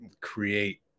create